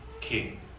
king